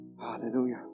Hallelujah